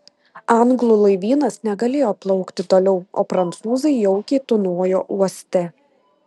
anglų laivynas negalėjo plaukti toliau o prancūzai jaukiai tūnojo uoste